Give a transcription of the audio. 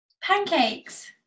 Pancakes